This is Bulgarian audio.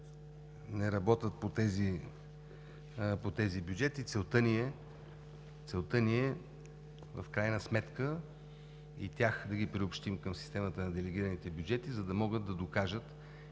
не работят по тези бюджети. Целта ни е в крайна сметка да приобщим и тях към системата на делегираните бюджети, за да могат да докажат